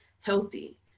healthy